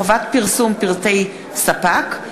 חובת פרסום פרטי ספק),